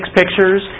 pictures